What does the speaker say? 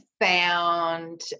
found